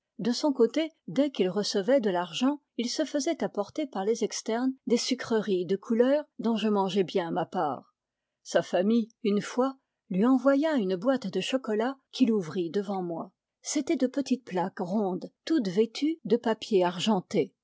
de son côté dès qu'il recevait de l'argent il se faisait apporter par les externes des sucreries de couleur dont je mangeais bien ma part sa famille une fois lui envoya une boîte de chocolat qu'il ouvrit devant moi c'était de petites plaques rondes toutes vêtues de papier argenté